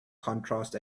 contrast